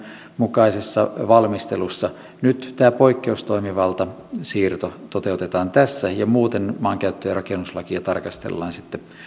mukaisessa valmistelussa nyt tämä poikkeustoimivaltasiirto toteutetaan tässä ja muuten maankäyttö ja rakennuslakia tarkastellaan toivoisin että